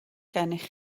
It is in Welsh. gennych